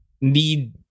need